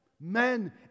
men